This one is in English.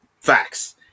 Facts